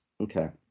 okay